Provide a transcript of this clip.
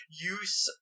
use